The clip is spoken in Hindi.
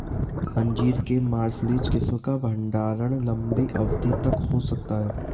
अंजीर के मार्सलीज किस्म का भंडारण लंबी अवधि तक हो सकता है